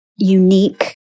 unique